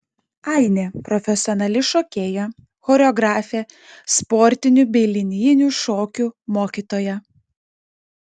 ainė profesionali šokėja choreografė sportinių bei linijinių šokių mokytoja